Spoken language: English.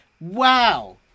Wow